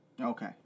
Okay